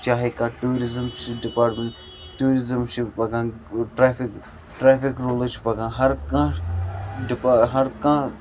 چاہے کانٛہہ ٹیوٗرزٕم چھ ڈِپاٹمیٚنٹ ٹیٚوٗرزٕم چھ پَکان ٹریفِک ٹریفِک روٗلٕز چھِ پَکان ہَر کانٛہہ ڈِپاٹ ہَر کانٛہہ